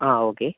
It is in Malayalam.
ആ ഓക്കെ